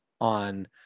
on